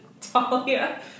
Talia